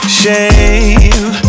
shame